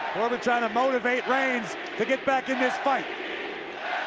corbin trying to motivate reigns to get back in this but